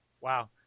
Wow